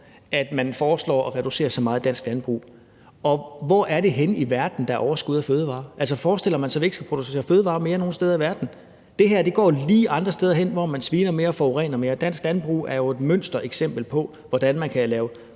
at man foreslår at reducere så meget af dansk landbrug. Hvor er det henne i verden, at der er overskud af fødevarer? Altså, forestiller man sig, at vi ikke mere skal producere fødevarer nogen steder i verden? Det her går jo lige andre steder hen, hvor man sviner mere og forurener mere. Dansk landbrug er jo et mønstereksempel på, hvordan man kan lave